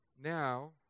now